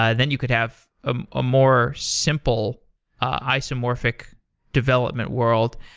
ah then, you could have a ah more simple isomorphic development world.